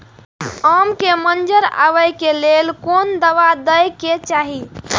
आम के मंजर आबे के लेल कोन दवा दे के चाही?